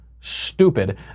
stupid